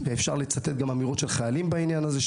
ואפשר לצטט אמירות של חיילים בעניין הזה.